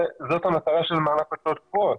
זאת המטרה של מענק הוצאות קבועות.